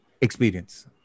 experience